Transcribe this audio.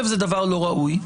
זה דבר לא ראוי,